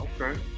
Okay